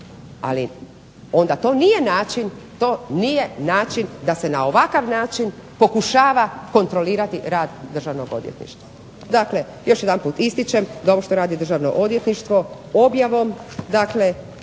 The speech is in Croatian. ali onda to nije način da se na ovakav način pokušava kontrolirati rad Državno odvjetništva. Dakle, još jedanput ističem da ovo što radi Državno odvjetništvo objavom